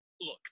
Look